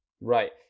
Right